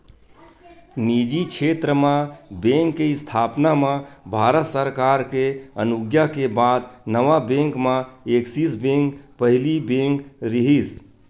निजी छेत्र म बेंक के इस्थापना म भारत सरकार के अनुग्या के बाद नवा बेंक म ऐक्सिस बेंक पहिली बेंक रिहिस